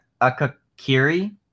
Akakiri